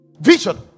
Vision